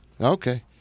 Okay